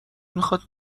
میخاد